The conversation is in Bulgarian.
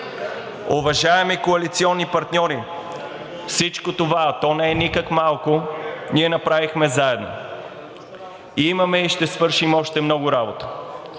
Уважаеми коалиционни партньори, всичко това, а то не е никак малко, ние направихме заедно, имаме и ще свършим още много работа.